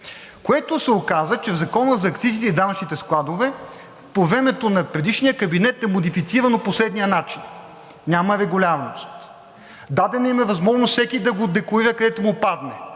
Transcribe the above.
което се оказа, че в Закона за акцизите и данъчните складове по времето на предишния кабинет е модифицирано по следния начин, няма регулярност – дадена им е възможност всеки да го декларира, където му падне.